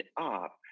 up